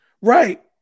Right